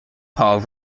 paul